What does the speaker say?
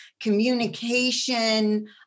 communication